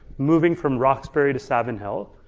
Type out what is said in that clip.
moving from roxbury to savin hill.